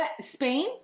Spain